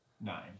nine